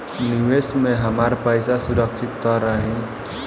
निवेश में हमार पईसा सुरक्षित त रही?